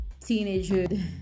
teenagehood